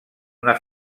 una